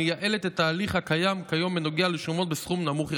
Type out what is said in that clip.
והיא מייעלת את התהליך הקיים כיום בנוגע לשומות בסכום נמוך יחסית.